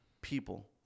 people